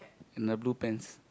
in a blue pants